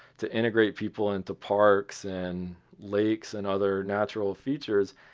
to integrate people into parks and lakes and other natural features.